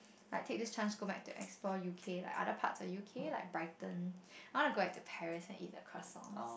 like take this chance go back to explore U_K like other parts of U_K like Brighton I want to go back to Paris and eat the croissants